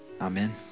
Amen